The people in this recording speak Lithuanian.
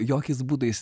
jokiais būdais